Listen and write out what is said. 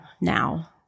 now